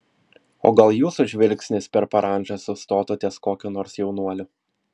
o gal jūsų žvilgsnis per parandžą sustotų ties kokiu nors jaunuoliu